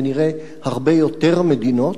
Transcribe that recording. ונראה הרבה יותר מדינות.